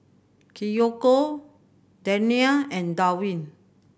Kiyoko Dania and Darwin